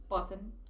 person